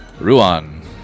Ruan